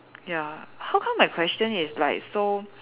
ya how come my question is like so